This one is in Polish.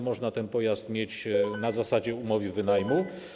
Można ten pojazd mieć na zasadzie umowy wynajmu.